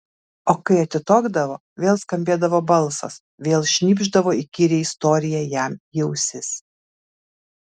o kai atitokdavo vėl skambėdavo balsas vėl šnypšdavo įkyrią istoriją jam į ausis